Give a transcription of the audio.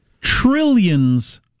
Trillions